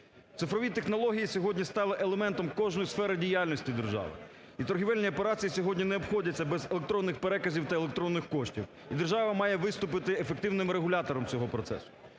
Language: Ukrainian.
Цифрові технології сьогодні стали елементом кожної сфери діяльності держави. І торгівельні операції сьогодні не обходяться без електронних переказів та електронних коштів. І держава має виступити ефективним регулятором цього процесу.